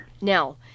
Now